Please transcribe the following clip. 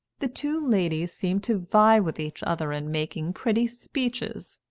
the two ladies seemed to vie with each other in making pretty speeches,